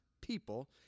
people